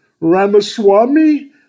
Ramaswamy